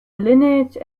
lineage